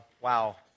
Wow